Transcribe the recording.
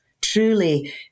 truly